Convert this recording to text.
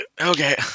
Okay